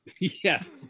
Yes